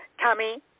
Tommy